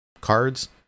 cards